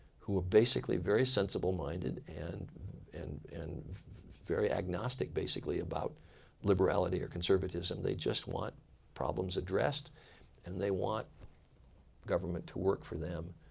who basically are very sensible minded and and and very agnostic basically about liberality or conservatism. they just want problems addressed and they want government to work for them.